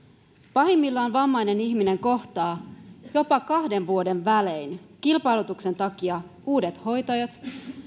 pahimmillaan vammainen ihminen kohtaa jopa kahden vuoden välein kilpailutuksen takia uudet hoitajat